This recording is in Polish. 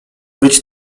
być